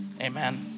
amen